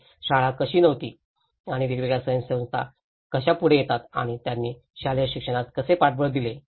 आणि शाळा कशी नव्हती आणि वेगवेगळ्या स्वयंसेवी संस्था कशा पुढे येतात आणि त्यांनी शालेय शिक्षणास कसे पाठबळ दिले